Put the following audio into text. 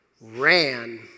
ran